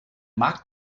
markt